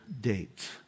date